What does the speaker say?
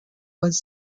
was